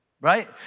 right